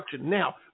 Now